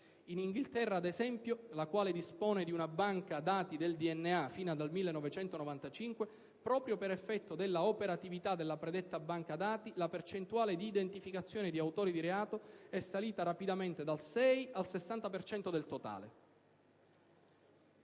In Inghilterra, ad esempio, Paese che dispone di una banca dati del DNA fin dal 1995, proprio per effetto dell'operatività della predetta banca dati, la percentuale di identificazione di autori di reato è salita rapidamente dal 6 al 60 per cento